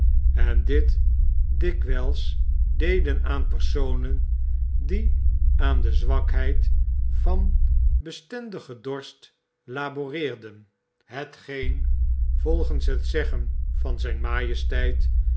en dit dikwyls deden aan personen die aan de zwakheid van bestendigen dorst laboreerden hetgeen volgens het zeggen van zyn majesteit